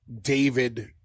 David